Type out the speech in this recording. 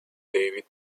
david